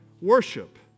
worship